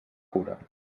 cura